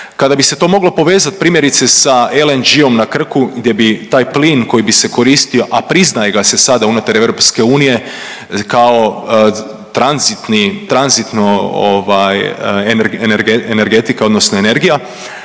kada bi se to moglo povezati, primjerice, sa LNG-om na Krku, gdje bi taj plin koji bi se koristio, a priznaje ga se sad unutar EU kao tranzitni, tranzitno ovaj energetika, odnosno energija,